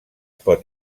pot